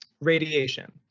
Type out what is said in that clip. Radiation